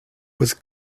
with